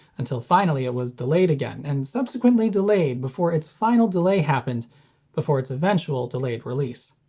until finally it was delayed again and subsequently delayed before its final delay happened before its eventual delayed released.